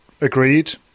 agreed